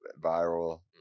viral